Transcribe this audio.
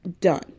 done